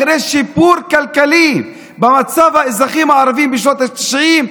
אחרי שיפור כלכלי במצב האזרחים הערבים בשנות התשעים,